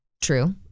true